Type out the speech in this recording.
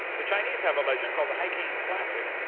the chinese have a legend called the hihking classic.